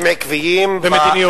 הם עקביים, במדיניותם.